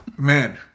Man